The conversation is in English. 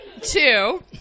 Two